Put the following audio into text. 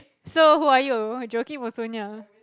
so who are you Joakim or Sonia